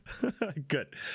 Good